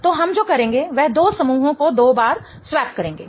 तो हम जो करेंगे वह दो समूहों को दो बार स्वैप करेंगे